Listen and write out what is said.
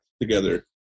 Together